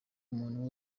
umuntu